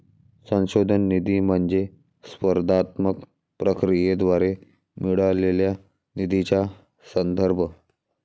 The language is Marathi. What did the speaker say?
संशोधन निधी म्हणजे स्पर्धात्मक प्रक्रियेद्वारे मिळालेल्या निधीचा संदर्भ